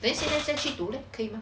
then 现在再去读了可以吗